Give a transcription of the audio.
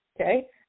okay